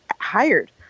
hired